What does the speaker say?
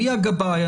מי הגבאי?